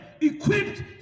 equipped